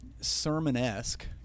sermon-esque